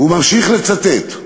הוא ממשיך לצטט: